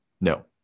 no